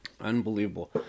Unbelievable